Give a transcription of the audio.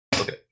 okay